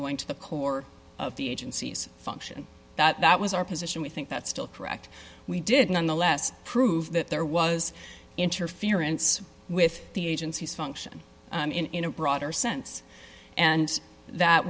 going to the core of the agency's function that was our position we think that's still correct we did nonetheless prove that there was interference with the agency's function in a broader sense and that